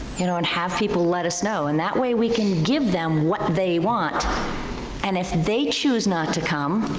you know, and have people let us know and that way we can give them what they want and if they choose not to come,